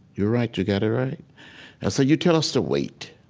you're right. you got it right. i say, you tell us to wait.